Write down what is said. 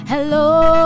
Hello